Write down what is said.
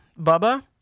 Bubba